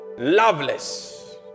Loveless